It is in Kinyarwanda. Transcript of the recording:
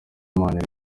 imana